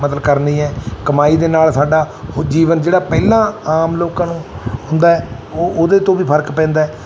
ਮਤਲਬ ਕਰਨੀ ਹੈ ਕਮਾਈ ਦੇ ਨਾਲ ਸਾਡਾ ਉਹ ਜੀਵਨ ਜਿਹੜਾ ਪਹਿਲਾਂ ਆਮ ਲੋਕਾਂ ਨੂੰ ਹੁੰਦਾ ਉਹ ਉਹਦੇ ਤੋਂ ਵੀ ਫਰਕ ਪੈਂਦਾ